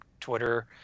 Twitter